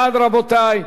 מי נגד?